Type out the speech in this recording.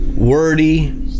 wordy